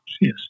yes